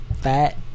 Fat